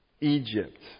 Egypt